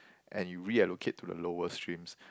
and you reallocate to the lower streams